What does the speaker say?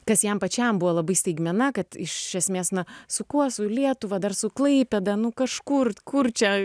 kas jam pačiam buvo labai staigmena kad iš esmės na su kuo su lietuva dar su klaipėda nu kažkur kur čia